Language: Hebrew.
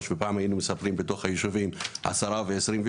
עשרים,